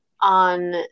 on